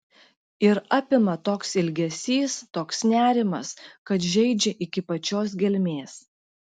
ir apima toks ilgesys toks nerimas kad žeidžia iki pačios gelmės